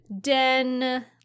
den